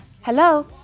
Hello